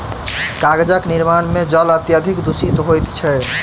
कागजक निर्माण मे जल अत्यधिक दुषित होइत छै